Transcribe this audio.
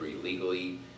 illegally